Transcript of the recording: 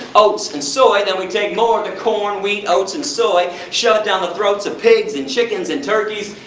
oats and soy. then we take more of the corn, wheat, oats and soy, shove it down the throats of pigs and chickens and turkeys.